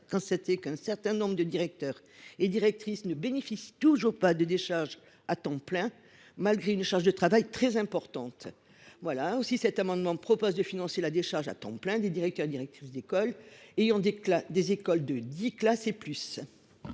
constater qu’un certain nombre de directeurs et directrices ne bénéficient toujours pas de décharges à temps plein, malgré une charge de travail très importante. Nous proposons donc de financer la décharge à temps plein des directeurs et directrices d’école dans les établissements